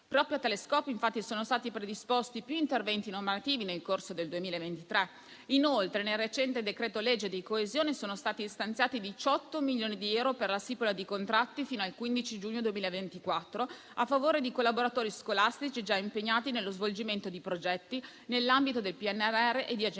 Proprio a tale scopo, infatti, sono stati predisposti più interventi normativi nel corso del 2023. Inoltre, nel recente decreto-legge di coesione sono stati stanziati 18 milioni di euro per la stipula di contratti fino al 15 giugno 2024 a favore di collaboratori scolastici già impegnati nello svolgimento di progetti nell'ambito del PNRR e di Agenda Sud.